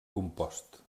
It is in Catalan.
compost